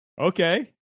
Okay